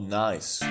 nice